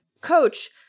Coach